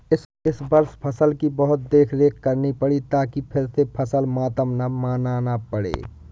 इस वर्ष फसल की बहुत देखरेख करनी पड़ी ताकि फिर से फसल मातम न मनाना पड़े